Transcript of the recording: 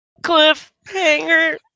Cliffhanger